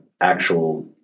actual